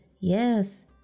Yes